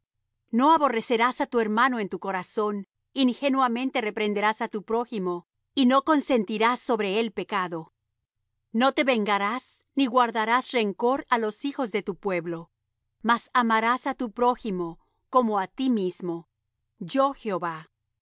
no aborrecerás á tu hermano en tu corazón ingenuamente reprenderás á tu prójimo y no consentirás sobre él pecado no te vengarás ni guardarás rencor á los hijos de tu pueblo mas amarás á tu prójimo como á ti mismo yo jehová mis